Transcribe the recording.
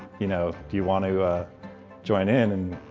you know, do you want to join in? and